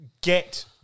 get